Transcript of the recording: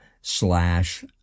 slash